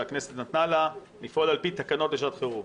שהכנסת נתנה לה לפעול על פי תקנות לשעת חירום.